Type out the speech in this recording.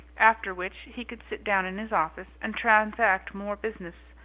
after which he could sit down in his office and transact more business,